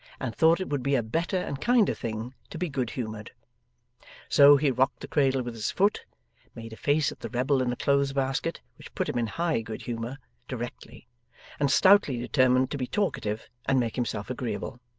and thought it would be a better and kinder thing to be good-humoured. so he rocked the cradle with his foot made a face at the rebel in the clothes-basket, which put him in high good-humour directly and stoutly determined to be talkative and make himself agreeable.